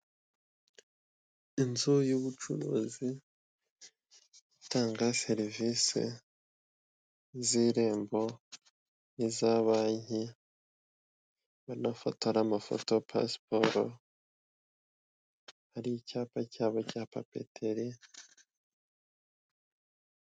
Inzu y'ubucuruzi itanga serivisi z'irembo n'iza banki banafora amafoto ya pasiporo, hari icyapa cyaba papeteri.